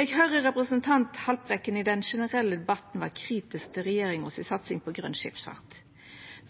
Eg høyrde at representanten Haltbrekken i den generelle debatten var kritisk til regjeringa si satsing på grøn skipsfart.